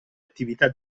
attività